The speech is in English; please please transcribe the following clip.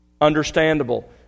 understandable